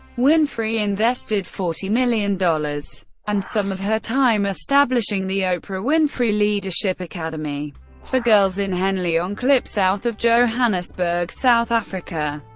winfrey invested forty million dollars and some of her time establishing the oprah winfrey leadership academy for girls in henley on klip south of johannesburg, south africa.